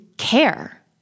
care